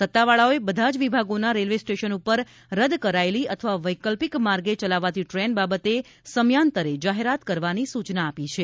સત્તાવાળાઓએ બધા જ વિભાગોના રેલ્વે સ્ટેશન ઉપર રદ કરાયેલી અથવા વૈકલ્પિક માર્ગે ચલાવાતી ટ્રેન બાબતે સમયાંતરે જાહેરાત કરવાની સૂચના આપી છે